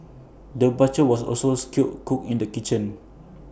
the butcher was also A skilled cook in the kitchen